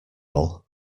all